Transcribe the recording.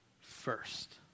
first